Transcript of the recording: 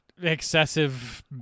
excessive